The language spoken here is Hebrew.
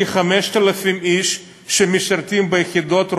כ-5,000 איש שמשרתים ביחידות,